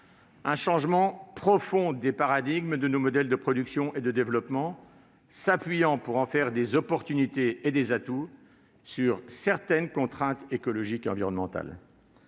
un changement profond des paradigmes de nos modèles de production et de développement, s'appuyant, pour en faire autant de chances et d'atouts, sur certaines contraintes écologiques et environnementales.